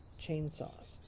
chainsaws